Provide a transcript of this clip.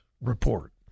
report